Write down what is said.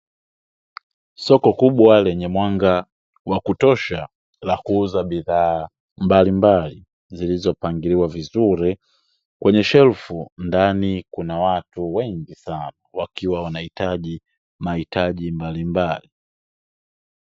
Soko kubwa lenye mwanga wa kutosha la kuuza bidhaa mbalimbali zilizopangiliwa vizuri kwenye shelfu ndani kuna watu wengi sana wakiwa wanahitaji mahitaji mbalimbali.